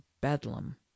bedlam